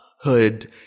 hood